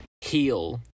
heal